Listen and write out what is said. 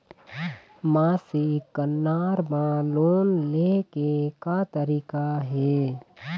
मासिक कन्हार म लोन ले के का तरीका हे?